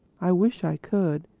i wish i could,